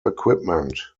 equipment